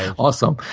awesome.